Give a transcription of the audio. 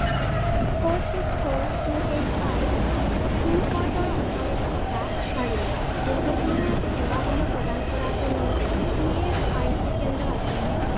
four six four two eight five pin ক'ডৰ অঞ্চলত থকা আৰু দুৰ্ঘটনা সেৱাসমূহ প্ৰদান কৰা কোনো ইএচআইচি কেন্দ্ৰ আছেনে